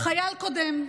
חייל קודם.